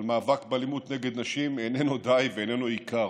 אבל מאבק באלימות נגד נשים איננו די ואיננו עיקר,